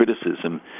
criticism